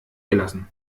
gelassen